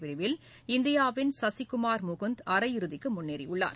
பிரிவில் இந்தியாவின் சசிகுமார் முகுந்த் அரையிறுதிக்கு முன்னேறியுள்ளார்